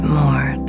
more